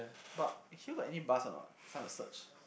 but here got any bus or not it's time to search